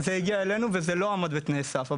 זה הגיע אלינו וזה לא עמד בתנאי הסף.